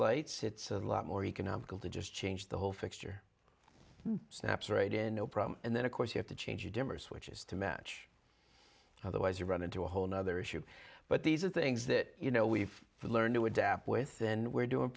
lights it's a lot more economical to just change the whole fixture snaps right in no problem and then of course you have to change your demo switches to match otherwise you run into a whole nother issue but these are things that you know leave for learn to adapt with then we're doing